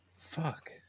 Fuck